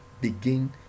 begin